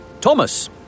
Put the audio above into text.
Thomas